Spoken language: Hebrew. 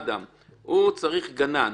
למשל אדם צריך גנן.